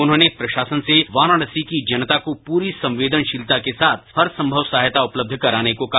उन्होंने प्रशासन से वाराणसी की जनता को पूरी संवेदनशीलता के साथ हरसंगव सहायता उपलब्ध कराने को कहा